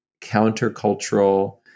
countercultural